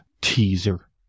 teaser